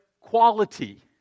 quality